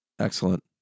Excellent